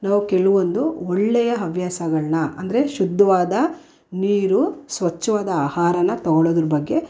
ನಾವು ಕೆಲವೊಂದು ಒಳ್ಳೆಯ ಹವ್ಯಾಸಗಳನ್ನ ಅಂದರೆ ಶುದ್ಧವಾದ ನೀರು ಸ್ವಚ್ಛವಾದ ಆಹಾರನ ತಗೊಳೋದ್ರ ಬಗ್ಗೆ